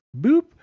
Boop